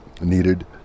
needed